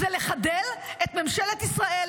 לחדל את ממשלת ישראל,